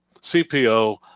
CPO